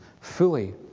fully